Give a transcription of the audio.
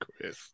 Chris